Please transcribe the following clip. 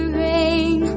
rain